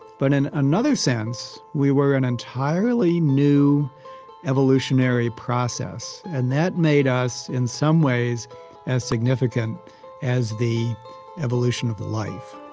but in another sense we were an entirely new evolutionary process, and that made us in some ways as significant as the evolution of life